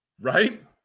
Right